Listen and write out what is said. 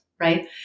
right